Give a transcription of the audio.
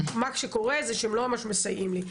מה שקורה זה שהם לא ממש מסייעים לי.